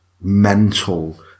mental